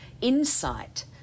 insight